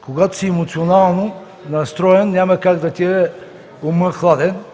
Когато си емоционално настроен, няма как да ти е хладен умът.